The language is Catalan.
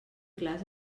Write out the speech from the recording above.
clars